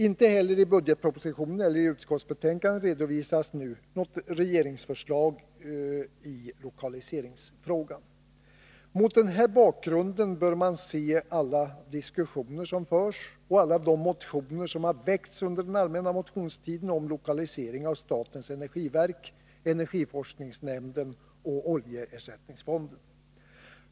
Inte heller i budgetpropositionen eller i utskottsbetänkandet redovisas något regeringsförslag i lokaliseringsfrågan. Mot denna bakgrund bör man se alla de diskussioner som förs och alla de motioner som har väckts under den allmänna motionstiden om lokalisering av statens energiverk, energiforskningsnämnden och oljeersättningsfonden.